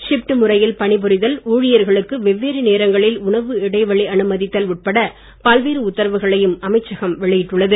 shift முறையில் பணிபுரிதல் ஊழியர்களுக்கு வெவ்வேறு நேரங்களில் உணவு இடைவெளி அனுமதித்தல் உட்பட பல்வேறு உத்தரவுகளையும் அமைச்சகம் வெளியிட்டுள்ளது